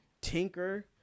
Tinker